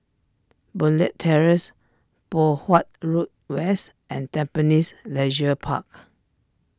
Boon Leat Terrace Poh Huat Road West and Tampines Leisure Park